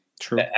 true